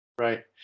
Right